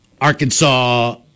Arkansas